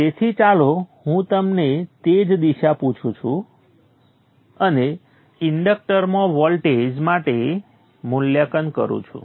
તેથી ચાલો હું તમને તે જ દિશા પૂછું છું અને ઇન્ડક્ટરમાં વોલ્ટેજ માટે મુલ્યાંકન કરું છું